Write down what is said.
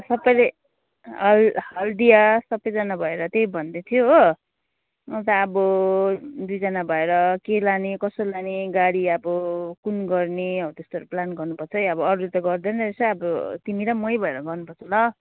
सबैले हल्दिया सबैजना भएर त्यही भन्दै थियो हो अन्त अब दुईजना भएर के लाने कसो लाने गाडी अब कुन गर्ने हो त्यस्तोहरू प्लान गर्नु पर्छ है अब अरूले त गर्दैन रहेछ अब तिमी र मै भएर गर्नु पर्छ ल